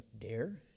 dare